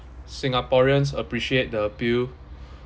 singaporeans appreciate the appeal